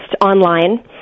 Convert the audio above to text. online